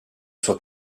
sua